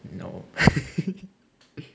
no